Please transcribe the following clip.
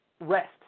rest